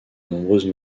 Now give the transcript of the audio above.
nombreuses